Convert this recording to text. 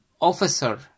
officer